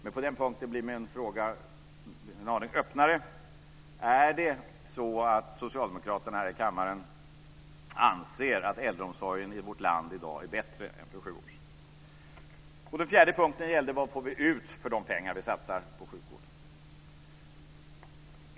På den här punkten blir min fråga alltså en aning öppnare: Är det så att socialdemokraterna här i kammaren anser att äldreomsorgen i vårt land i dag är bättre än för sju år sedan? Den fjärde punkten gällde vad vi får vi ut för de pengar vi satsar på sjukvård.